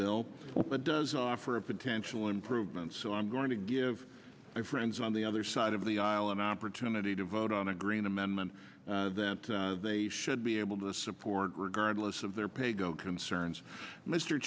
bill but does offer a potential improvement so i'm going to give my friends on the other side of the aisle an opportunity to vote on a green amendment that they should be able to support regardless of their pay go concerns mr